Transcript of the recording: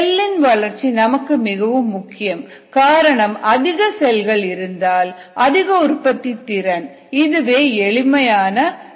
செல்லின் வளர்ச்சி நமக்கு மிக முக்கியம் காரணம் அதிக செல்கள் இருந்தால் அதிக உற்பத்தித் திறன் இதுவே எளிமையான படிவம்